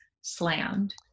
slammed